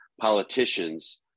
politicians